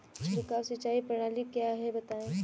छिड़काव सिंचाई प्रणाली क्या है बताएँ?